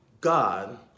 God